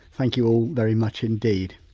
thank you all very much indeed.